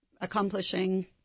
accomplishing